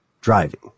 driving